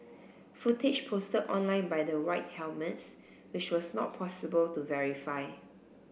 footage posted online by the White Helmets which was not possible to verify